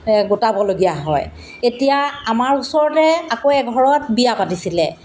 গোটাবলগীয়া হয় এতিয়া আমাৰ ওচৰতে আকৌ এঘৰত বিয়া পাতিছিলে